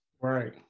Right